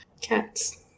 Cats